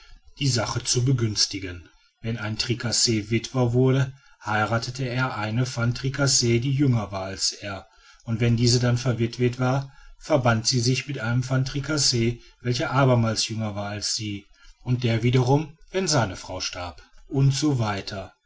die sache zu begünstigen wenn ein tricasse witwer wurde heiratete er eine van tricasse die jünger war als er und wenn diese dann verwitwet war verband sie sich mit einem van tricasse welcher abermals jünger war als sie und der wiederum wenn seine frau starb u s w